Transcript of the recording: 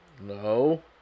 No